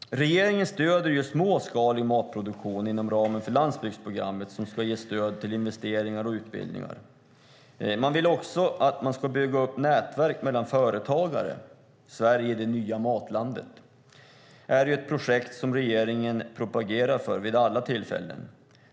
Regeringen stöder ju småskalig matproduktion inom ramen för landsbygdsprogrammet som ska ge stöd till investeringar och utbildningar. Man vill också att man ska bygga upp nätverk mellan företagare. Sverige - det nya matlandet är ett projekt som regeringen propagerar för vid alla tillfällen.